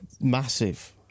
massive